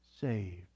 saved